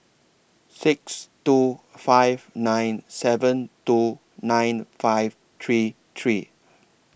six two five nine seven two nine five three three